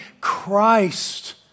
Christ